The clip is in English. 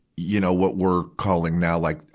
you know, what we're calling now like,